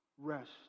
rest